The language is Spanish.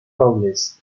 robles